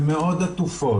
הן מאוד עטופות,